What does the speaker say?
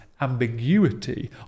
ambiguity